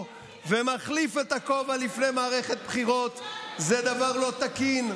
ומחליף את הכובע לפני מערכת בחירות זה דבר לא תקין,